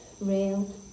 real